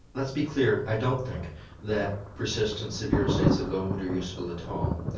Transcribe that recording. let's be clear, i don't think that persistent severe states of low mood are useful at all.